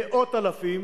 מאות אלפים